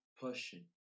pushing